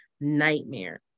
nightmare